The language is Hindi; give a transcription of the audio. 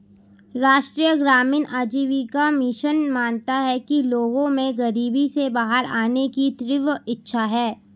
राष्ट्रीय ग्रामीण आजीविका मिशन मानता है कि लोगों में गरीबी से बाहर आने की तीव्र इच्छा है